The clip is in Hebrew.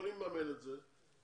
יכולים לממן את זה.